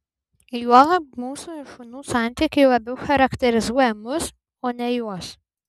juolab mūsų ir šunų santykiai labiau charakterizuoja mus o ne juos